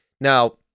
Now